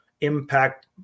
impact